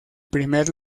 primer